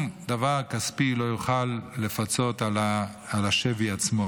דבר כספי לא יוכל לפצות על השבי עצמו.